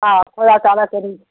آ خۄدا تعالیٰ کٔرِنۍ